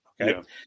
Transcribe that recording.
okay